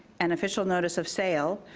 and official notice of sale,